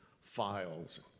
files